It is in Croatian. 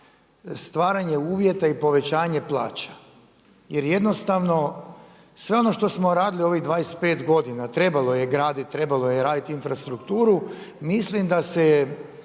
stvaranje uvjeta i povećanje plaća jer jednostavno sve ono što smo radili ovih 25 godina trebalo je graditi, trebalo je raditi infrastrukturu mislim da se